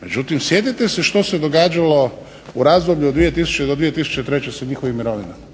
Međutim, sjetite se što se događalo u razdoblju od 2000. do 2003. sa njihovim mirovinama,